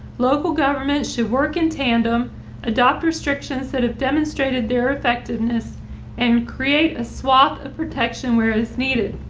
local government should work in tandem adopt restrictions that have demonstrated their effectiveness and create a swamp of protection where it's needed.